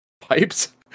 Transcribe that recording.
pipes